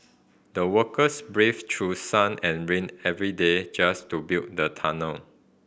the workers braved through sun and rain every day just to build the tunnel